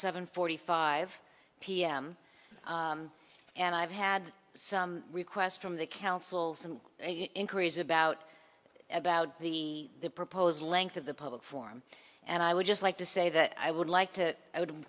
seven forty five pm and i've had some requests from the council some inquiries about about the proposed length of the public form and i would just like to say that i would like to